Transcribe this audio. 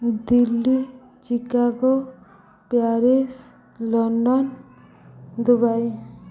Delhi Chicago Paris London Dubai